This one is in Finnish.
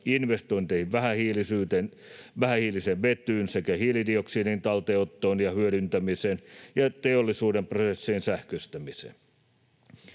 investointeihin vähähiiliseen vetyyn sekä hiilidioksidin talteenottoon ja hyödyntämiseen sekä teollisuuden prosessien sähköistämiseen.